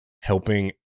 helping